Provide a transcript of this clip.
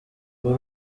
kuri